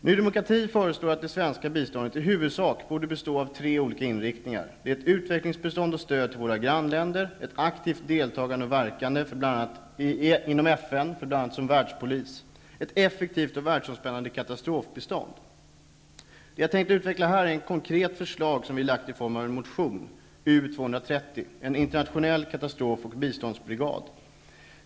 Ny demokrati föreslår att det svenska biståndet i huvudsak borde bestå av tre olika inriktningar: Ett aktivt deltagande och verkande för FN bl.a. Ett effektivt och världsomspännande katastrofbistånd. Det jag tänkte utveckla här är ett konkret förslag som vi lagt i form av en motion, U230, om en internationell katastrof och biståndsbrigad.